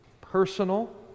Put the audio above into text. personal